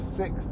six